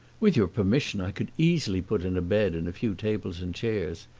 with your permission, i could easily put in a bed and a few tables and chairs.